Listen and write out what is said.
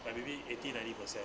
like maybe eighty nienty percent